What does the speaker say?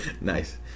Nice